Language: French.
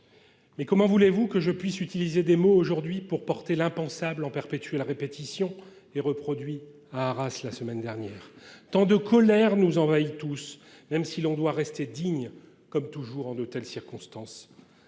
Mais comment voulez vous que j’utilise des mots aujourd’hui pour exprimer l’impensable en perpétuelle répétition, l’impensable qui s’est reproduit à Arras la semaine dernière ? Tant de colère nous envahit tous, même si l’on doit rester digne – comme toujours en de telles circonstances…